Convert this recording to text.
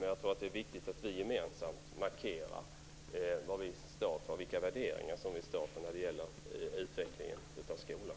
Men jag tror att det är viktigt att vi gemensamt markerar vilka värderingar vi står för när det gäller utvecklingen av skolan.